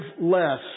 less